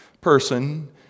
person